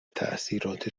تاثیرات